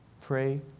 pray